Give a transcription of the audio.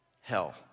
hell